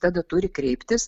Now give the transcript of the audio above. tada turi kreiptis